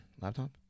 laptop